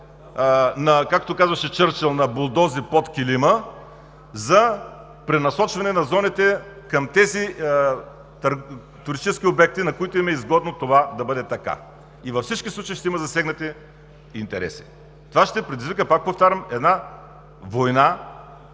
както казваше Чърчил, на булдози под килима, за пренасочване на зоните към тези туристически обекти, на които им е изгодно това да бъде така и във всички случаи ще има засегнати интереси. Това ще предизвика, пак повтарям, една война